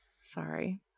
sorry